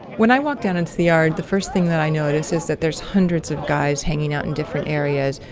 when i walk down into the yard, the first thing that i notice is that there's hundreds of guys hanging out in different areas.